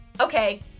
Okay